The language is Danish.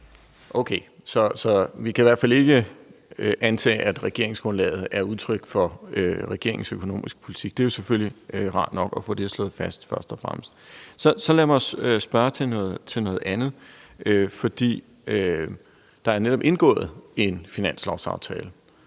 Okay, så vi kan i hvert fald ikke antage, at regeringsgrundlaget er udtryk for regeringens økonomiske politik. Det er selvfølgelig rart nok at få det slået fast først og fremmest. Lad mig så spørge til noget andet. For der er netop indgået en finanslovsaftale,